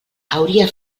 hauria